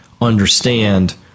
understand